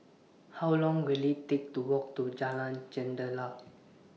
How Long Will IT Take to Walk to Jalan Jendela